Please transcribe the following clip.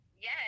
Yes